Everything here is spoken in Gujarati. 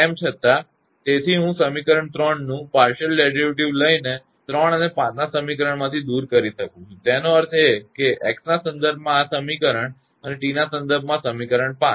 તેમ છતાં તેથી હું સમીકરણ 3 નું આંશિક વ્યુત્પન્ન લઈને 3 અને 5 ના સમીકરણમાંથી દૂર થઈ શકું છું તેનો અર્થ એ કે x ના સંદર્ભમાં આ સમીકરણ અને t ના સંદર્ભમાં સમીકરણ 5